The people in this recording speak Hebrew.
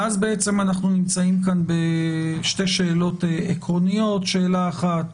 ואז אנחנו נמצאים בשתי שאלות עקרוניות: אחת,